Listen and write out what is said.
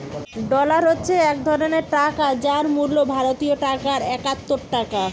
dollar হচ্ছে এক ধরণের টাকা যার মূল্য ভারতীয় টাকায় একাত্তর টাকা